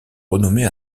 renommer